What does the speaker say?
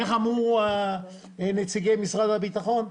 איך אמרו נציגי משרד הביטחון?